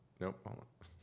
Nope